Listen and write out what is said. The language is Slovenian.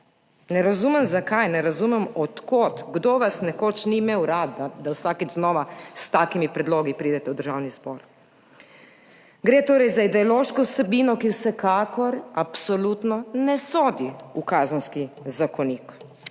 Ne razumem zakaj, ne razumem od kod, kdo vas nekoč ni imel rad, da vsakič znova s takimi predlogi pridete v Državni zbor. Gre torej za ideološko vsebino, ki vsekakor in absolutno ne sodi v Kazenski zakonik.